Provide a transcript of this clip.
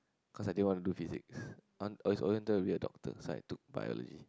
cause I didn't want to do Physics I want I always wanted to be a doctor side to Biology